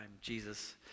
Jesus